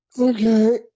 Okay